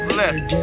left